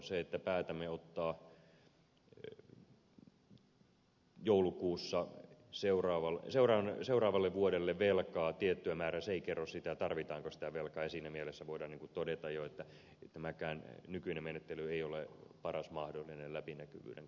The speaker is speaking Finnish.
se että päätämme ottaa joulukuussa seuraavalle vuodelle velkaa tietyn määrän ei kerro sitä tarvitaanko sitä velkaa ja siinä mielessä voidaan todeta jo että ei tämä nykyinenkään menettely ole paras mahdollinen läpinäkyvyyden kannalta